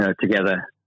together